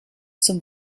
zum